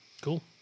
Cool